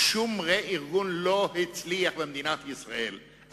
רה-ארגון לא הצליח במדינת ישראל,